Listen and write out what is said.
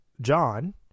John